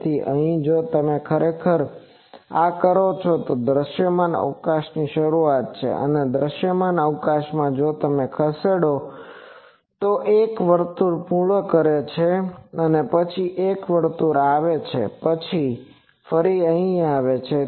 તેથી અહીં ખરેખર જો તમે આ કરો છો તો આ દૃશ્યમાન અવકાશની શરૂઆત છે અને દૃશ્યમાન અવકાશમાં જો તમે ખસેડો તે એક વર્તુળને પૂર્ણ કરે છે અને પછી એક વર્તુળ આવે છે અને પછી ફરી અહીં આવે છે